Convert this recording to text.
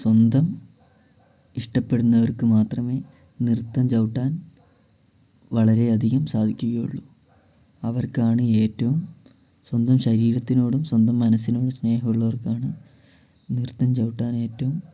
സ്വന്തം ഇഷ്ടപ്പെടുന്നവർക്ക് മാത്രമേ നൃത്തം ചവിട്ടാൻ വളരെ അധികം സാധിക്കുകയുള്ളു അവർക്കാണ് ഏറ്റവും സ്വന്തം ശരീരത്തിനോടും സ്വന്തം മനസ്സിനോട് സ്നേഹം ഉള്ളവർക്കാണ് നൃത്തം ചവിട്ടാനേറ്റവും